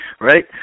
Right